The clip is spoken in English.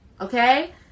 Okay